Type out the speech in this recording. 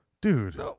Dude